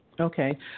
Okay